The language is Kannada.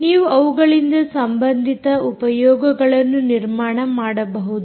ನೀವು ಅವುಗಳಿಂದ ಸಂಬಂಧಿತ ಉಪಯೋಗಗಳನ್ನು ನಿರ್ಮಾಣ ಮಾಡಬಹುದು